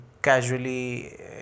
casually